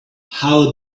how